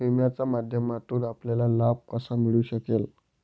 विम्याच्या माध्यमातून आपल्याला लाभ कसा मिळू शकेल?